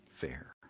fair